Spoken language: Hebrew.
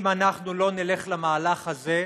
אם אנחנו לא נעשה את מהלך הזה,